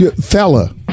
fella